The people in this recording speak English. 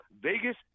Vegas